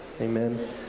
Amen